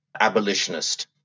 abolitionist